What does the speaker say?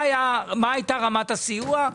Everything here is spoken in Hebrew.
מה היתה רמת הסיוע?